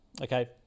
Okay